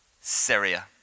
Syria